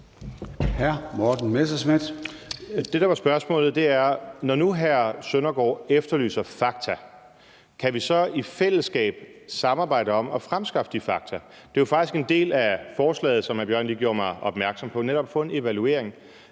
Morten Messerschmidt (DF): Det, der var spørgsmålet, er, når nu hr. Søren Søndergaard efterlyser fakta, om vi så i fællesskab kan samarbejde om at fremskaffe de fakta. Det var faktisk en del af forslaget, hvad hr. Mikkel Bjørn lige gjorde mig opmærksom på, netop at få en evaluering.